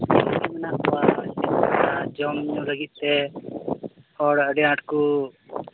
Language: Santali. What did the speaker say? ᱢᱮᱱᱟᱜ ᱠᱚᱣᱟ ᱪᱮᱫᱠᱟ ᱡᱚᱢ ᱧᱩ ᱞᱟᱹᱜᱤᱫ ᱛᱮ ᱦᱚᱲ ᱟᱹᱰᱤ ᱟᱸᱴ ᱠᱚ